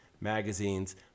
magazine's